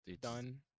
done